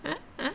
eh eh